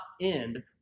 end